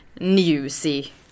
newsy